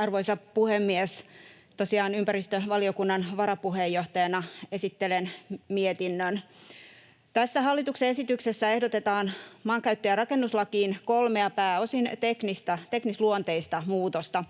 Arvoisa puhemies! Tosiaan ympäristövaliokunnan varapuheenjohtajana esittelen mietinnön: Tässä hallituksen esityksessä ehdotetaan maankäyttö- ja rakennuslakiin kolmea pääosin teknisluonteista muutosta.